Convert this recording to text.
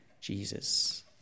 Jesus